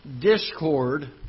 discord